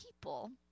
people